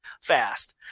fast